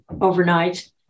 overnight